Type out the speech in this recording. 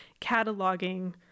cataloging